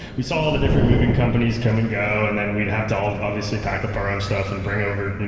we saw the different moving companies come and go, and then we'd have to all obviously pack up our own stuff and bring over,